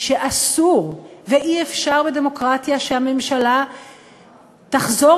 שאסור ואי-אפשר בדמוקרטיה שהממשלה תחזור